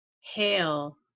hail